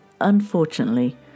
Unfortunately